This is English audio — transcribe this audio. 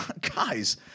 Guys